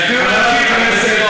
היא אפילו לא הקשיבה,